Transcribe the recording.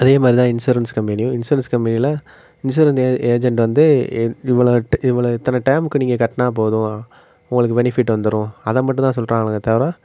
இதே மாதிரிதான் இன்சூரன்ஸ் கம்பெனியும் இன்சூரன்ஸ் கம்பெனியில் இன்சூரன்ஸ் ஏ ஏஜென்ட் வந்து இ இவ்வளோட்டு இவ்வளோ இத்தனை டைமுக்கு நீங்கள் கட்டினா போதும் உங்களுக்கு பெனிஃபிட் வந்துடும் அதை மட்டும்தான் சொல்கிறாங்களே தவிர